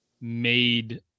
Made